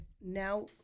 now